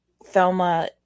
Thelma